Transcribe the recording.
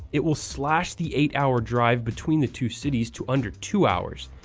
it will slash the eight hour drive between the two cities to under two hours.